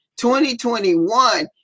2021